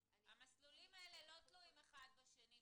המסלולים הללו לא תלויים אחד בשני.